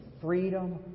freedom